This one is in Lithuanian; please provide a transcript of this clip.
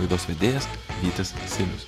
laidos vedėjas vytis silius